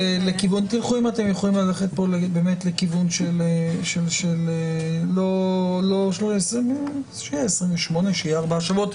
תבדקו אם אתם יכולים ללכת פה לכיוון של 28 או ארבעה שבועות.